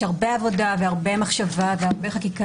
יש הרבה עבודה והרבה מחשבה והרבה חקיקה